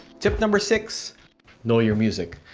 tip number six know your music.